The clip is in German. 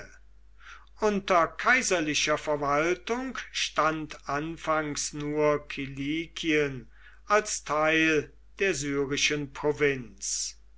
unter kaiserlicher verwaltung stand anfangs nur kilikien als teil der syrischen provinz